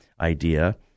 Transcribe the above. idea